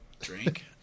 Drink